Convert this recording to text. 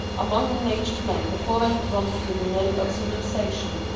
among nature's men, before they have gone through the mill of civilisation,